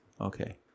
Okay